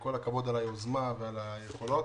כל הכבוד על היוזמה ועל היכולות.